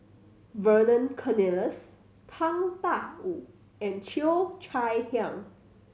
Vernon Cornelius Tang Da Wu and Cheo Chai Hiang